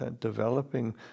developing